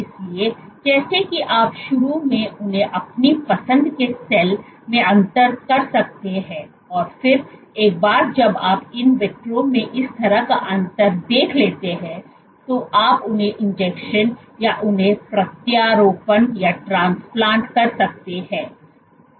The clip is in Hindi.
इसलिए जैसा कि आप शुरू में उन्हें अपनी पसंद के सेल में अंतर कर सकते हैं और फिर एक बार जब आप in vitro में इस तरह का अंतर देख लेते हैं तो आप उन्हें इंजेक्शन या उन्हें प्रत्यारोपण कर सकते हैं